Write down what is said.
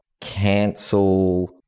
cancel